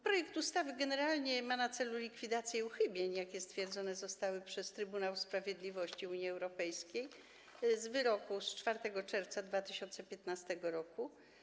Projekt ustawy generalnie ma na celu likwidację uchybień, jakie stwierdzone zostały przez Trybunał Sprawiedliwości Unii Europejskiej w wyroku z 4 czerwca 2015 r.